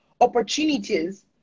opportunities